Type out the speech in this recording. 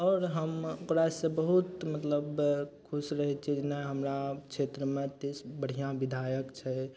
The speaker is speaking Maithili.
आओर हम ओकरासँ बहुत मतलब खुश रहय छियै जे नहि हमरा क्षेत्रमे एते बढ़िआँ विधायक छै